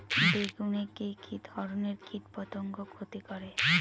বেগুনে কি কী ধরনের কীটপতঙ্গ ক্ষতি করে?